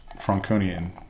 Franconian